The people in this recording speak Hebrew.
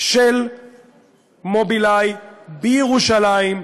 של "מובילאיי" בירושלים,